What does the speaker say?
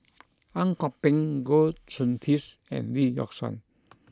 Ang Kok Peng Goh Soon Tioes and Lee Yock Suan